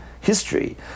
history